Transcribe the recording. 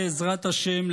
בעזרת השם,